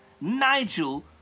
Nigel